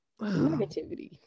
negativity